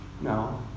no